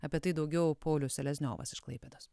apie tai daugiau paulius selezniovas iš klaipėdos